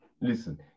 listen